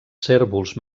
cérvols